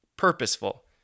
purposeful